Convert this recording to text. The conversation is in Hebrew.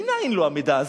מנין לו המידע הזה?